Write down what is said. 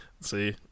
See